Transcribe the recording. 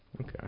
Okay